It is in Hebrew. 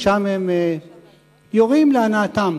ושם הם יורים להנאתם.